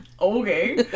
Okay